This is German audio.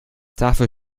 dafür